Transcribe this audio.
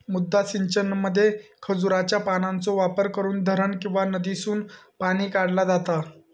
मुद्दा सिंचनामध्ये खजुराच्या पानांचो वापर करून धरण किंवा नदीसून पाणी काढला जाता